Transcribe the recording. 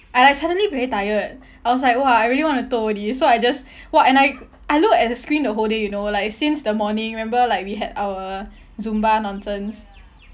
I like suddenly very tired I was like !wah! I really want to toh already so I just !wah! and I I look at the screen the whole day you know like since the morning remember like we had our zumba nonsense